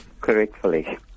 correctly